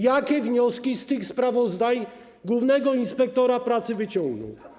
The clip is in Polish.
Jakie wnioski z tych sprawozdań głównego inspektora pracy wyciągnął?